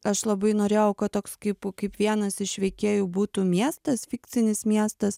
aš labai norėjau kad toks kaip kaip vienas iš veikėjų būtų miestas fikcinis miestas